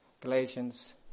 Galatians